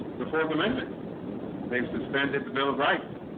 the fourth amendment they've suspended the bill of rights